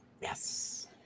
Yes